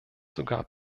sogar